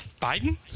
biden